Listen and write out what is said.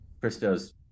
Christo's